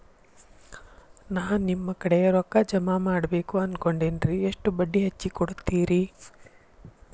ನಾ ನಿಮ್ಮ ಕಡೆ ರೊಕ್ಕ ಜಮಾ ಮಾಡಬೇಕು ಅನ್ಕೊಂಡೆನ್ರಿ, ಎಷ್ಟು ಬಡ್ಡಿ ಹಚ್ಚಿಕೊಡುತ್ತೇರಿ?